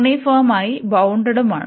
യൂണിഫോമായി ബൌൺഡഡുമാണ്